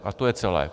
A to je celé.